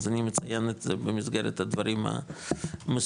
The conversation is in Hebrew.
אז אני מציין את זה במסגרת הדברים המסוכמים.